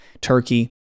turkey